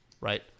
right